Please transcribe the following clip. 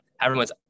everyone's